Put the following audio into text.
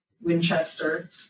Winchester